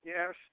Yes